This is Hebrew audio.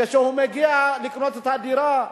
וכשהוא מגיע לקנות את הדירה,